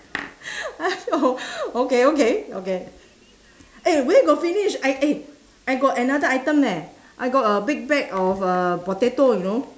!aiyo! okay okay okay eh where got finish I eh I got another item leh I got a big bag of uh potato you know